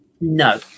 No